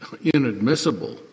inadmissible